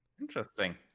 Interesting